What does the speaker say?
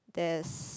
there's